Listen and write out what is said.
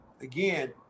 again